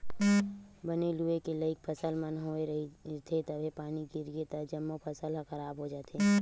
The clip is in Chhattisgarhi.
बने लूए के लइक फसल मन ह होए रहिथे तभे पानी गिरगे त जम्मो फसल ह खराब हो जाथे